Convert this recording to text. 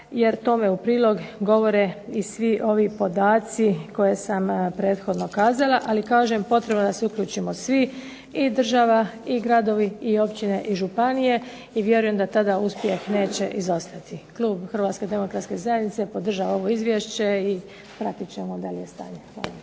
jer tome u prilog govore i svi ovi podaci koje sam prethodno kazala. Ali kažem potrebno je da se uključimo svi, i država i gradovi i općine i županije i vjerujem da tada uspjeh neće izostati. Klub Hrvatske demokratske zajednice podržava ovo izvješće i pratit ćemo dalje stanje. Hvala.